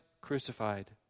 crucified